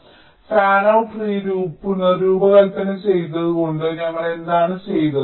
അതിനാൽ fanout tree പുനർരൂപകൽപ്പന ചെയ്തുകൊണ്ട് ഞങ്ങൾ എന്താണ് ചെയ്തത്